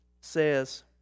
says